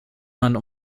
man